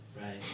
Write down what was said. right